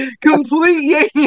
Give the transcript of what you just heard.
complete